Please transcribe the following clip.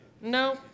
No